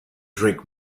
drink